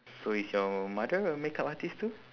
so is your mother a makeup artist too